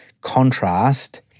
contrast